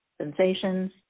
sensations